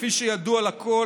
כפי שידוע לכול,